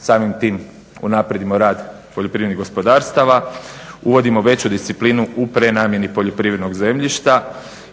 samim tim unaprijedimo rad poljoprivrednih gospodarstava, uvodimo veću disciplinu u prenamijeni poljoprivrednog zemljišta